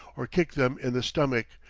or kick them in the stomach,